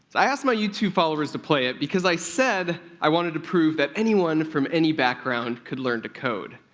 i asked my youtube followers to play it because i said i wanted to prove that anyone from any background could learn to code.